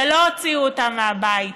שלא הוציאו אותם מהבית,